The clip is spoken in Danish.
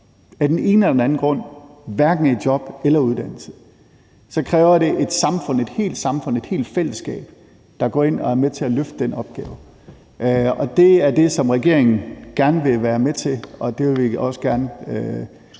af den ene eller den anden grund hverken er i job eller i uddannelse, så kræver det et helt samfund, et helt fællesskab, der går ind og er med til at løfte den opgave. Og det er det, som regeringen gerne vil være med til. Og det vil vi også gerne